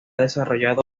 desarrollado